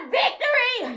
victory